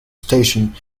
station